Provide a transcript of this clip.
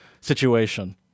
situation